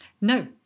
No